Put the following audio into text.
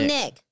Nick